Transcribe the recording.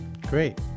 Great